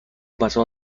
pasó